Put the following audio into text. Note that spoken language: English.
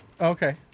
okay